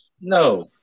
No